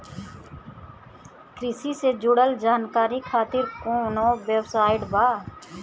कृषि से जुड़ल जानकारी खातिर कोवन वेबसाइट बा?